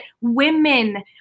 women